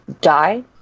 die